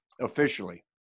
officially